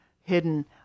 hidden